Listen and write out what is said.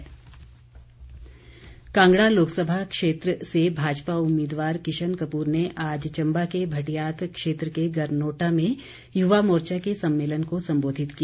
युवा मोर्चा कांगड़ा लोकसभा क्षेत्र से भाजपा उम्मीदवार किशन कपूर ने आज चम्बा के भटियात क्षेत्र के गरनोटा में युवा मोर्चा के सम्मेलन को संबोधित किया